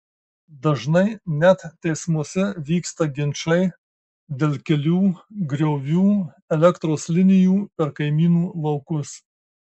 dažnai net teismuose vyksta ginčai dėl kelių griovių elektros linijų per kaimynų laukus